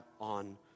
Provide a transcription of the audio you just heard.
on